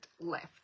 left